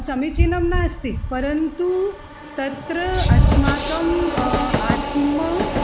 समीचीनं नास्ति परन्तु तत्र अस्माकम् आत्मा